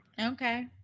Okay